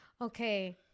Okay